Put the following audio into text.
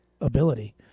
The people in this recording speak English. ability